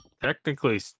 Technically